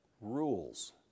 rules